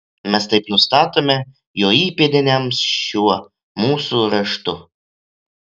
mes taip nustatome jo įpėdiniams šiuo mūsų raštu